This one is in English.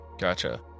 Gotcha